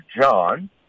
John